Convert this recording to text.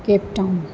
Cape Town